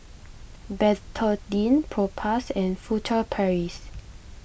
Betadine Propass and Furtere Paris